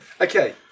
Okay